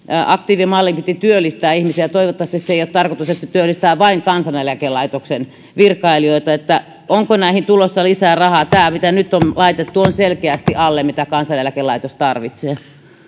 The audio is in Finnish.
aktiivimallin piti työllistää ihmisiä toivottavasti se ei ole tarkoitus että se työllistää vain kansaneläkelaitoksen virkailijoita onko näihin tulossa lisää rahaa tämä mitä nyt on laitettu on selkeästi alle sen mitä kansaneläkelaitos tarvitsee